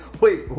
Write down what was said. wait